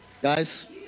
Guys